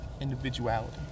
individuality